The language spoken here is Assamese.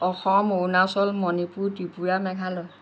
অসম অৰুণাচল মণিপুৰ ত্ৰিপুৰা মেঘালয়